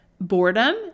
boredom